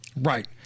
Right